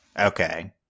Okay